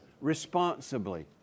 responsibly